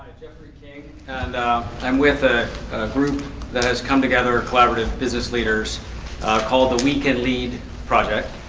ah jeffrey king, and i'm with a group that has come together of collaborative business leaders called the we can lead project.